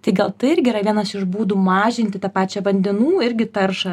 tai gal tai irgi yra vienas iš būdų mažinti tą pačią vandenų irgi taršą